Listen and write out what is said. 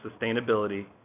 sustainability